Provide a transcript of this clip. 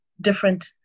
different